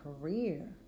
career